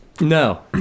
No